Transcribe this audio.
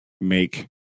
make